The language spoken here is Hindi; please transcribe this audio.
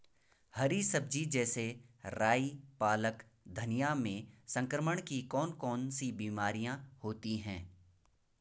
हरी सब्जी जैसे राई पालक धनिया में संक्रमण की कौन कौन सी बीमारियां होती हैं?